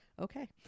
Okay